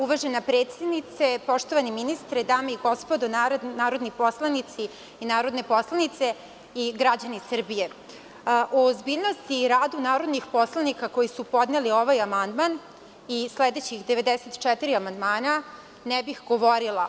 Uvažena predsednice, poštovani ministre, dame i gospodo narodni poslanici i narodne poslanice i građani Srbije, o ozbiljnosti i radu narodnih poslanika koji su podneli ovaj amandman i sledećih 94 amandmana, ne bih govorila.